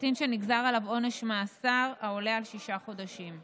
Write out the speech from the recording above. קטין שנגזר עליו עונש מאסר העולה על שישה חודשים.